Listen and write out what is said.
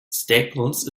staples